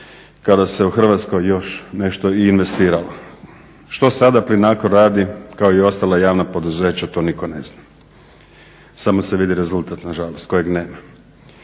kada se u Hrvatskoj još nešto i investiralo. Što sada PLINACRO radi kao i ostala javna poduzeća, to nitko ne zna. Samo se vidi rezultat nažalost, kojeg nema.